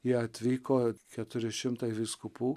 jie atvyko keturi šimtai vyskupų